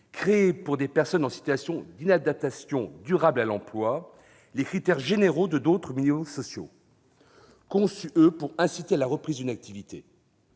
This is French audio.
créée pour des personnes en situation d'inadaptation durable à l'emploi, les critères généraux des autres minima sociaux, conçus, eux, pour inciter à la reprise d'une activité.